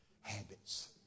habits